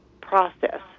process